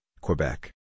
Quebec